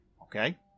Okay